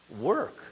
work